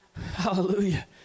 hallelujah